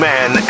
Man